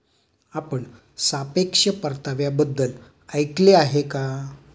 आपण सापेक्ष परताव्याबद्दल ऐकले आहे का?